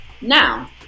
Now